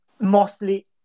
mostly